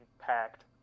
packed